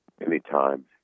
Anytime